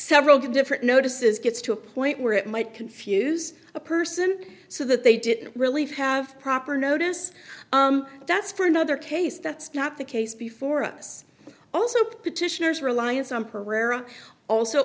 several different notices gets to a point where it might confuse a person so that they didn't really have proper notice that's for another case that's not the case before us also petitioners reliance on pereira also